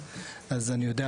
אז אני יודע,